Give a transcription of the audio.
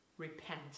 Repent